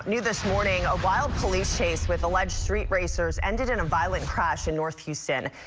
new this morning, a wild police chase with alleged street racers ended in a violent crash in north houston.